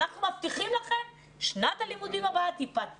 אנחנו מבטיחים לכם ששנת הלימודים הבאה תפתח